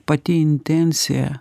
pati intencija